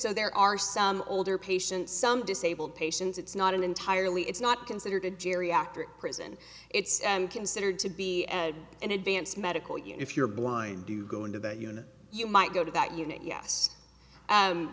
so there are some older patients some disabled patients it's not entirely it's not considered a geriatric prison it's considered to be an advanced medical you know if you're blind do go into that unit you might go to that unit yes